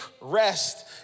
rest